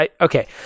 okay